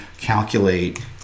calculate